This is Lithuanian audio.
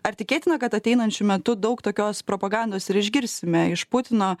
ar tikėtina kad ateinančiu metu daug tokios propagandos ir išgirsime iš putino